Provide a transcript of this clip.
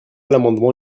l’amendement